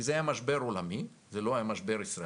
כי זה היה משבר עולמי, זה לא היה משבר ישראלי,